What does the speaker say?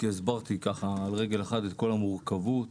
הסברתי על רגל אחת את כל המורכבות